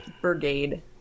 Brigade